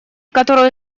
которую